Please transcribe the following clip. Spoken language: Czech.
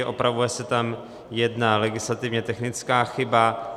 Opravuje se tam jedna legislativně technická chyba.